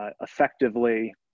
effectively